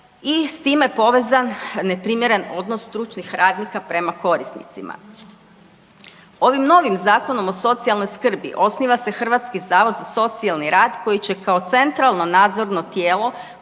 i s time povezan neprimjeren odnos stručnih radnika prema korisnicima. Ovim novim Zakonom o socijalnoj skrbi osniva se Hrvatski zavod za socijalni rad koji će kao centralo nadzorno tijelo